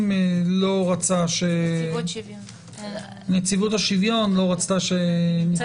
נציבות השוויון לא רצתה.